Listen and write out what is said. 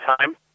time